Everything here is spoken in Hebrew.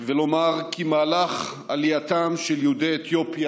צריך לומר כי מהלך עלייתם של יהודי אתיופיה